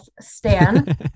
Stan